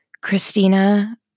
Christina